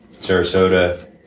Sarasota